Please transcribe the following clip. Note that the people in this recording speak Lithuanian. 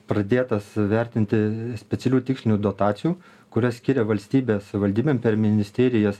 pradėtas vertinti specialių tikslinių dotacijų kurias skiria valstybė savivaldybėm per ministerijas